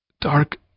dark